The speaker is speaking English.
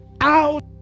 out